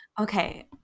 Okay